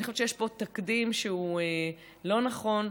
אני חושבת שיש פה תקדים שהוא לא נכון,